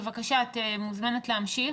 בבקשה, את מוזמנת להמשיך.